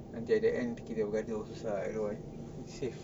nanti at the end kita bergaduh susah safe